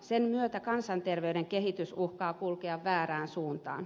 sen myötä kansanterveyden kehitys uhkaa kulkea väärään suuntaan